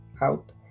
out